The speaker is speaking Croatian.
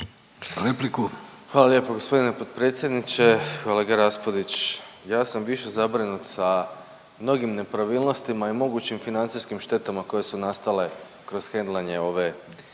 Hvala lijepo g. potpredsjedniče, kolega Raspudić, ja sam više zabrinut sa mnogim nepravilnostima i mogućim financijskim štetama koje su nastale kroz hendlanje ove